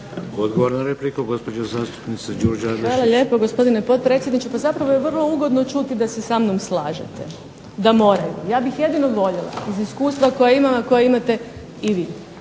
Odgovor na repliku, gospođa zastupnica Đurđa Adlešić. **Adlešič, Đurđa (Nezavisni)** Hvala lijepo gospodine potpredsjedniče. Pa zapravo je vrlo ugodno čuti da se sa mnom slažete da moraju. Ja bih jedino voljela iz iskustva koje imam, a